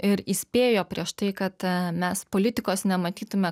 ir įspėjo prieš tai kad mes politikos nematytume